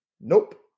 Nope